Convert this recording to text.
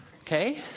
Okay